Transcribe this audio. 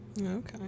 Okay